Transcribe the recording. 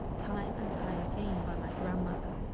time and time again, by my grandmother.